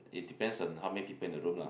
it depends on how many people in the room lah